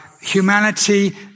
humanity